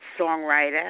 songwriter